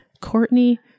Courtney